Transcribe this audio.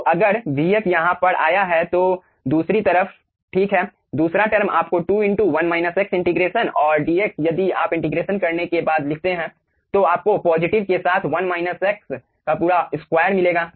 तो अगर vf यहाँ पर आया है तो दूसरी तरफ ठीक है दूसरा टर्म आपको 2 इंटीग्रेशन और dx यदि आप इंटीग्रेशन करने के बाद लिखते हैं तो आपको पॉजिटिव के साथ पूरा स्क्वायर मिलेगा